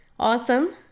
Awesome